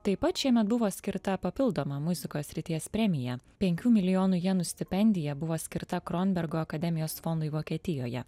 taip pat šiemet buvo skirta papildoma muzikos srities premija penkių milijonų jenų stipendija buvo skirta krombergo akademijos fondui vokietijoje